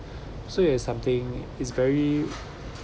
so it's have something it's very